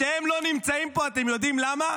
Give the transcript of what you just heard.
שניהם לא נמצאים פה, יודעים למה?